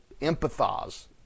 empathize